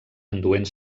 enduent